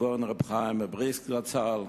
הגאון רבי חיים מבריסק זצ"ל,